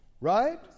right